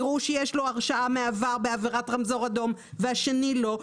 יראו שיש לו הרשעה בעבר בעבירת רמזור אדום והשני לא.